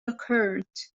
baccarat